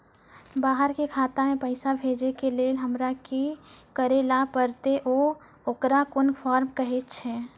बाहर के खाता मे पैसा भेजै के लेल हमरा की करै ला परतै आ ओकरा कुन फॉर्म कहैय छै?